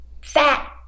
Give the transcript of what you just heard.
fat